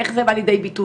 איך זה בא לידי ביטוי?